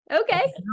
okay